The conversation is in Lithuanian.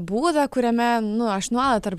būdą kuriame nu aš nuolat tarp